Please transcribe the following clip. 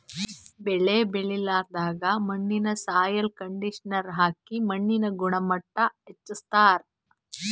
ಬೆಳಿ ಬೆಳಿಲಾರ್ದ್ ಮಣ್ಣಿಗ್ ಸಾಯ್ಲ್ ಕಂಡಿಷನರ್ ಹಾಕಿ ಮಣ್ಣಿನ್ ಗುಣಮಟ್ಟ್ ಹೆಚಸ್ಸ್ತಾರ್